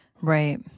right